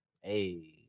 Hey